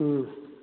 ꯎꯝ